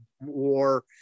war